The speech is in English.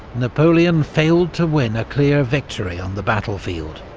napoleon failed to win a clear victory on the battlefield.